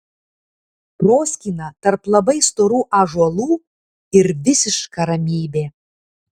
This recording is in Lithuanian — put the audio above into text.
proskyna tarp labai storų ąžuolų ir visiška ramybė